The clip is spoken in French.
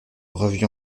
revue